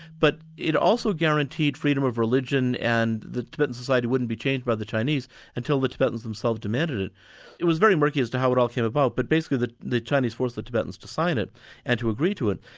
but it also guaranteed freedom of religion and the tibetan society wouldn't be changed by the chinese until the tibetans themselves demanded it. it was very murky as to how it all came about, but basically the the chinese forced the tibetans to sign it and to agree to it.